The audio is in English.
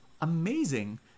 amazing